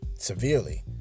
severely